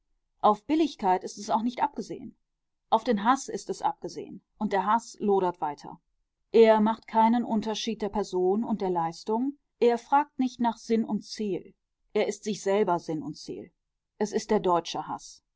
auf billigkeit ist es auch nicht abgesehen auf den haß ist es abgesehen und der haß lodert weiter er macht keinen unterschied der person und der leistung er fragt nicht nach sinn und ziel er ist sich selber sinn und ziel es ist der deutsche haß